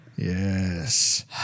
Yes